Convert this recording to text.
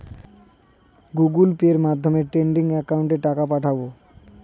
Google পের মাধ্যমে trading একাউন্টে টাকা পাঠাবো?